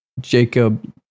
Jacob